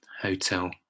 hotel